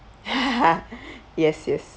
yes yes